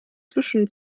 zwischen